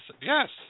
Yes